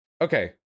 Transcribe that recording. okay